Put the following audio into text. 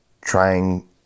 trying